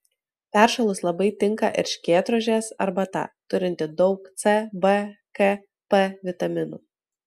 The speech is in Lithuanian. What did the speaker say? peršalus labai tinka erškėtrožės arbata turinti daug c b k p vitaminų